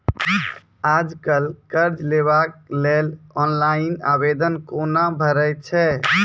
आज कल कर्ज लेवाक लेल ऑनलाइन आवेदन कूना भरै छै?